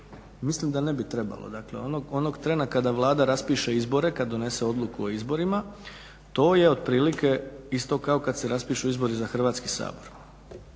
Mislim da ne bi trebalo. Dakle onog trena kada Vlada raspiše izbore, kad donese odluku o izborima, to je otprilike isto kao kad se raspišu izbori za Hrvatski sabor.